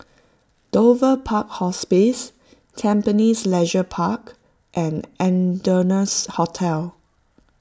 Dover Park Hospice Tampines Leisure Park and Ardennes Hotel